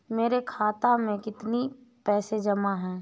मेरे खाता में कितनी पैसे जमा हैं?